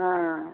ہاں